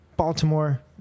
baltimore